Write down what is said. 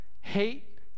Hate